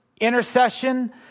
intercession